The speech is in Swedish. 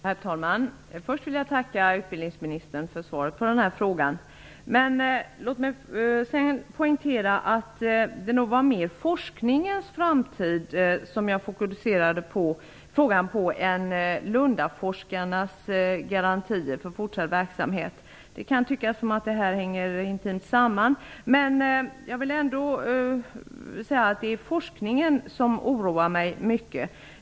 Herr talman! Först vill jag tacka utbildningsministern för svaret på frågan. Låt mig sedan poängtera att jag mer fokuserade frågan på forskningens framtid än på Lundaforskarnas garantier för fortsatt verksamhet. Det kan tyckas som att detta intimt hänger samman, men det är forskningens framtid som oroar mig mycket.